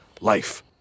life